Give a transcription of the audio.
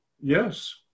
Yes